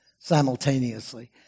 simultaneously